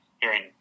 hearing